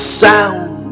sound